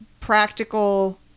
Practical